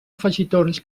afegitons